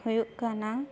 ᱦᱩᱭᱩᱜ ᱠᱟᱱᱟ